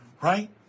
right